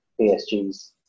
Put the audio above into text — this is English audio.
PSG's